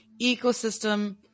ecosystem